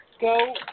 Go